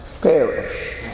perish